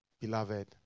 Beloved